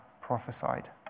prophesied